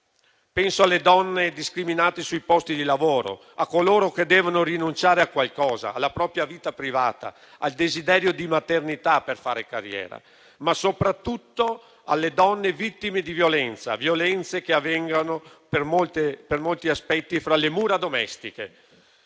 Penso alle donne discriminate sui posti di lavoro, a coloro che devono rinunciare a qualcosa: alla propria vita privata e al desiderio di maternità per fare carriera. Soprattutto, però, penso alle donne vittime di violenze, violenze che avvengono, in molti casi, fra le mura domestiche.